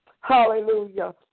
Hallelujah